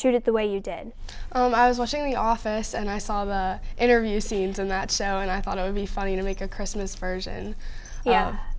shoot at the way you did oh my i was watching the office and i saw the interview scenes on that show and i thought it would be funny to make a christmas version